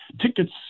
tickets